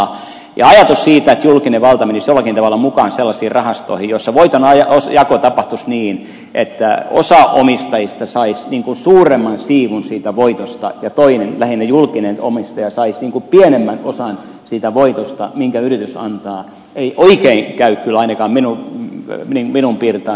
ajatus siitä että julkinen valta menisi jollakin tavalla mukaan sellaisiin rahastoihin joissa voitonjako tapahtuisi niin että osa omistajista saisi suuremman siivun siitä voitosta ja toinen lähinnä julkinen omistaja saisi pienemmän osan siitä voitosta minkä yritys antaa ei oikein käy kyllä ainakaan minun pirtaani